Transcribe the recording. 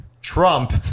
Trump